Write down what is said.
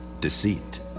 deceit